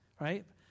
right